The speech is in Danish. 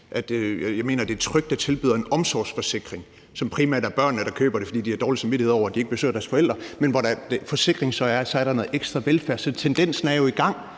det er, tilbyder en omsorgsforsikring, som det primært er børnene der køber, fordi de har dårlig samvittighed over, at de ikke besøger deres forældre, men hvor forsikringen så giver noget ekstra velfærd. Så tendensen er jo i gang.